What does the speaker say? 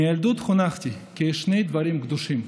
מילדות חונכתי שיש שני דברים קדושים: